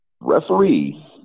referee